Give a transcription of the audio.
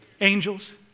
Angels